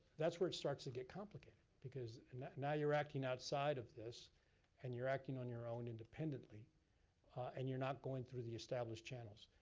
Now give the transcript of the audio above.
that's where it starts to get complicated. because now your acting outside of this and you're acting on your own independently and you're not going through the established channels.